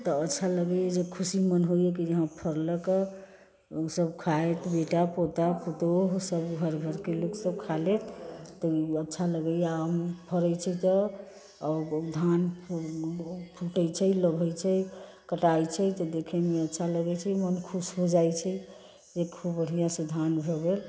तऽ अच्छा लगैए जे खुशी मन होइए कि जे हाँ फड़लक हऽ सभ खाइ बेटा पोता पुतहु सभ घर भरके लोक सभ खा लेत तऽ ई अच्छा लगैए आम फरै छै तऽ धान फुटै छै लोढ़ै छै कटाइ छै से देखैमे अच्छा लगै छै मोन खुश हो जाइ छै जे खूब बढ़िआँसँ से धान हो गेल